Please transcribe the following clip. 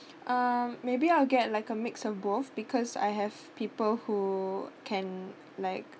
um maybe I'll get like a mix of both because I have people who can like